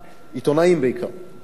עיתונאים בעיקר, עיתונאים.